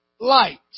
light